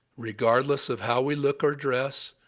regardless of how we look or dress,